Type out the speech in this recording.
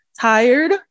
tired